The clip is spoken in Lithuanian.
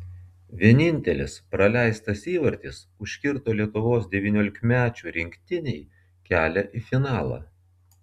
vienintelis praleistas įvartis užkirto lietuvos devyniolikmečių rinktinei kelią į finalą